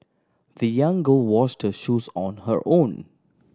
the young girl washed shoes on her own